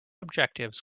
objectives